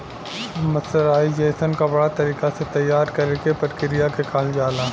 mercerisation कपड़ा तरीका से तैयार करेके प्रक्रिया के कहल जाला